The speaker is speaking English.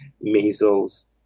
measles